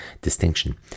distinction